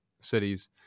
cities